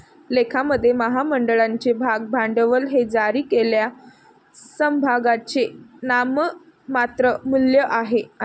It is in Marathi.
लेखामध्ये, महामंडळाचे भाग भांडवल हे जारी केलेल्या समभागांचे नाममात्र मूल्य आहे